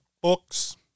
books